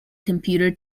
computer